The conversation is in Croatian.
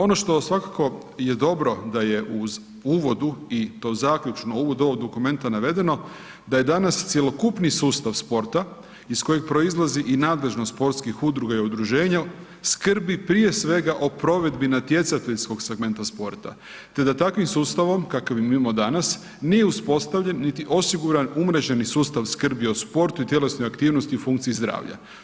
Ono što svakako je dobro da je u uvodu i to zaključno u uvodu ovog dokumenta navedeno, da je danas cjelokupni sustav sporta iz kojeg proizlazi i nadležnost sportskih udruga i udruženja, skrbi prije svega o provedbi natjecateljskog segmenta sporta te da takvim sustavom, kakav imamo danas, nije uspostavljen niti osiguran umrežen sustav skrbi o sportu i tjelesnoj aktivnosti i funkciji zdravlja.